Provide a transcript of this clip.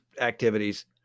activities